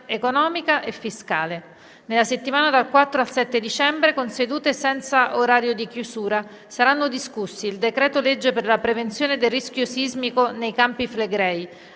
economica e fiscale. Nella settimana dal 4 al 7 dicembre, con sedute senza orario di chiusura, saranno discussi il decreto-legge per la prevenzione del rischio sismico nei Campi Flegrei,